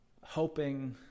hoping